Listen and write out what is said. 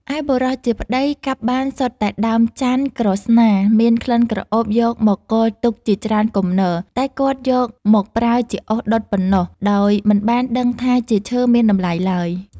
ឯបុរសជាប្តីកាប់បានសុទ្ធតែដើមចន្ទន៍ក្រស្នាមានក្លិនក្រអូបយកមកគរទុកជាច្រើនគំនរ តែគាត់យកមកប្រើជាអុសដុតប៉ុណ្ណោះដោយមិនបានដឹងថាជាឈើមានតម្លៃឡើយ។